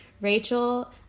Rachel